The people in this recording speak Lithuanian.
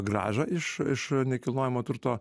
grąžą iš iš nekilnojamo turto